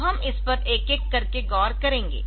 तो हम इस पर एक एक करके गौर करेंगे